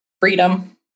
Freedom